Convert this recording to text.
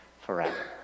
forever